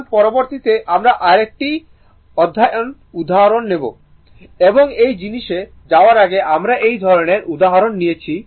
এখন পরবর্তীতে আমরা আরেকটি আকর্ষণীয় উদাহরণ নেব এবং এই জিনিসে যাওয়ার আগে আমরা এই ধরণের উদাহরণ নিয়েছি